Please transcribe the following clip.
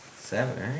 Seven